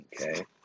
okay